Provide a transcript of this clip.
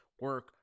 Work